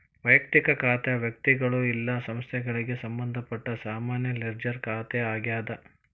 ವಯಕ್ತಿಕ ಖಾತೆ ವ್ಯಕ್ತಿಗಳು ಇಲ್ಲಾ ಸಂಸ್ಥೆಗಳಿಗೆ ಸಂಬಂಧಪಟ್ಟ ಸಾಮಾನ್ಯ ಲೆಡ್ಜರ್ ಖಾತೆ ಆಗ್ಯಾದ